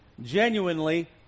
genuinely